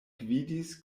gvidis